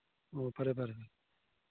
ꯑꯣ ꯐꯔꯦ ꯐꯔꯦ